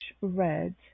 red